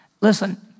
Listen